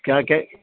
کیا کیا